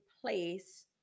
place